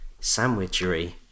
sandwichery